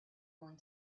going